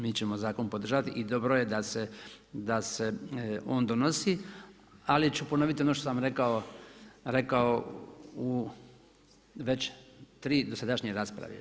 Mi ćemo zakon podržati i dobro je da se on donosi, ali ću ponoviti ono što sam vam rekao u već tri dosadašnje rasprave.